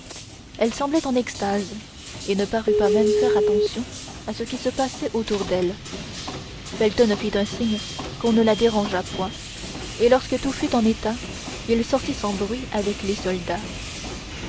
elle semblait en extase et ne parut pas même faire attention à ce qui se passait autour d'elle felton fit signe qu'on ne la dérangeât point et lorsque tout fut en état il sortit sans bruit avec les soldats